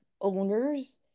owners